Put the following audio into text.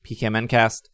pkmncast